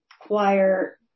require